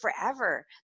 forever